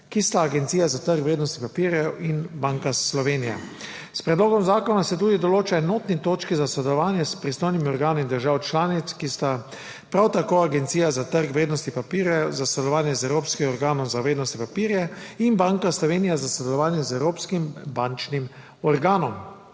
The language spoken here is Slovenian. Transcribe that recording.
ki sta Agencija za trg vrednostnih papirjev in Banka Slovenije. S predlogom zakona se določa tudi enotni točki za sodelovanje s pristojnimi organi držav članic, ki sta prav tako Agencija za trg vrednostnih papirjev za sodelovanje z Evropskim organom za vrednostne papirje in Banka Slovenije za sodelovanje z Evropskim bančnim organom.